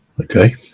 Okay